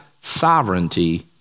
sovereignty